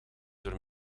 door